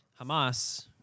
Hamas